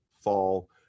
fall